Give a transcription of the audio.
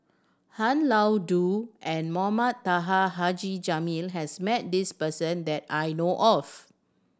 Han Lao Da and Mohamed Taha Haji Jamil has met this person that I know of